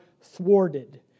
thwarted